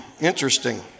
interesting